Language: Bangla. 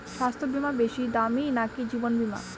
স্বাস্থ্য বীমা বেশী দামী নাকি জীবন বীমা?